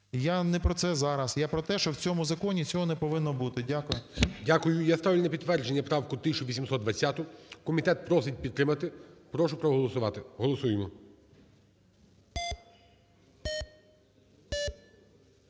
я не про це зараз, я про те, що в цьому законі цього не повинно бути. Дякую. ГОЛОВУЮЧИЙ. Дякую. Я ставлю на підтвердження правку 1820. Комітет просить підтримати. Прошу проголосувати. Голосуємо.